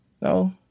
no